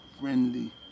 friendly